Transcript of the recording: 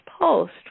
post